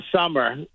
summer